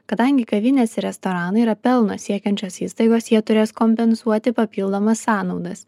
kadangi kavinės ir restoranai yra pelno siekiančios įstaigos jie turės kompensuoti papildomas sąnaudas